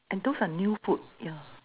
and those are new food yeah